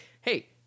hey